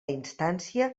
instància